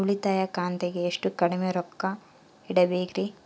ಉಳಿತಾಯ ಖಾತೆಗೆ ಎಷ್ಟು ಕಡಿಮೆ ರೊಕ್ಕ ಇಡಬೇಕರಿ?